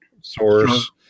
source